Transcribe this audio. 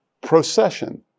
procession